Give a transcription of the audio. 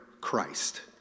Christ